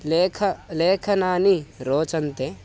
लेखं लेखनानि रोचन्ते